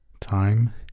Time